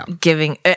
giving